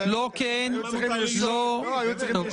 יש פה את הייעוץ המשפטי.